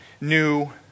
new